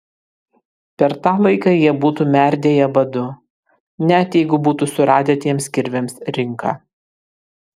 per tą laiką jie būtų merdėję badu net jeigu būtų suradę tiems kirviams rinką